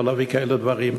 לא להביא כאלה דברים.